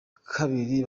kabiri